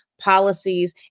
policies